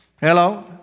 Hello